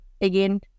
again